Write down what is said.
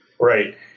Right